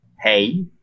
hey